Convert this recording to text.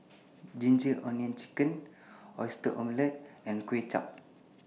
Ginger Onions Chicken Oyster Omelette and Kway Chap